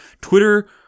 Twitter